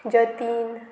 Jatin